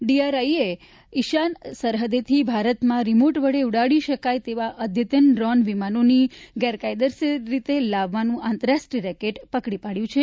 ડીઆરઆઈએ ઈશાન સરહદેથી ભારતમાં રિમોટવડે ઉડાડી શકાય તેવા અઘતન ડ્રોન વિમાનોની ગેરકાયદેસર રીતે લાવવાનું આંતરરાષ્ટ્રીય રેકેટ પકડી પાડ્યું છે